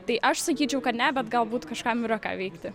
tai aš sakyčiau kad ne bet galbūt kažkam yra ką veikti